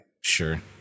sure